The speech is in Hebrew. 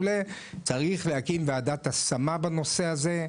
צריך להקים ועדת השמה בנושא הזה,